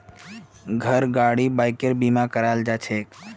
घर गाड़ी बाइकेर बीमा कराल जाछेक